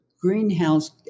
greenhouse